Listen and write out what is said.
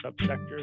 subsectors